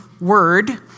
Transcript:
word